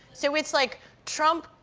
so it's like trump,